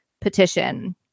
petition